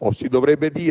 o si